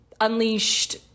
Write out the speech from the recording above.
unleashed